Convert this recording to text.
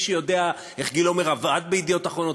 מישהו יודע איך גיל עומר עבד ב"ידיעות אחרונות"?